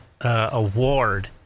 Award